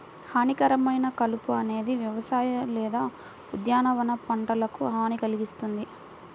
హానికరమైన కలుపు అనేది వ్యవసాయ లేదా ఉద్యానవన పంటలకు హాని కల్గిస్తుంది